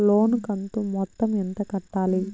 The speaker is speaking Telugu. లోను కంతు మొత్తం ఎంత కట్టాలి?